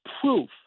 proof